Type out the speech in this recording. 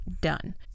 done